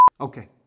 Okay